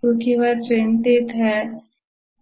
क्योंकि वह चिंतित है